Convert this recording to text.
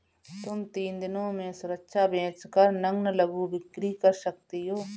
तुम तीन दिनों में सुरक्षा बेच कर नग्न लघु बिक्री कर सकती हो